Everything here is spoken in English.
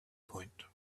point